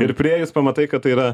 ir priėjus pamatai kad tai yra